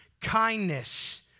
kindness